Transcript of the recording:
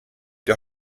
der